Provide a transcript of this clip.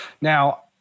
Now